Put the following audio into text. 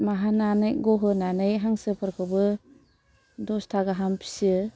मा होनानै गहोनानै हांसोफोरखौबो दस्ता गाहाम फियो